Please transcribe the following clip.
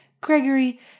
Gregory